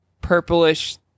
purplish